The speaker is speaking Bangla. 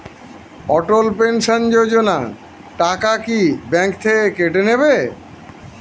অটল পেনশন যোজনা টাকা কি ব্যাংক থেকে কেটে নেবে?